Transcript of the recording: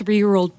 THREE-YEAR-OLD